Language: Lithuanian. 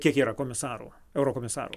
kiek yra komisarų eurokomisarų